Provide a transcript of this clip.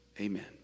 amen